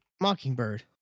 Mockingbird